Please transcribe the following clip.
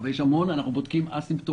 אבל אנחנו בודקים המון אסימפטומטיים.